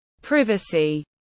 privacy